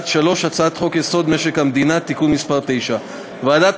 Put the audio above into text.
3. הצעת חוק-יסוד: משק המדינה (תיקון מס' 9). ועדת